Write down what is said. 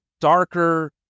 darker